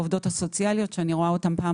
העובדות הסוציאליות שאני רואה אותן פעם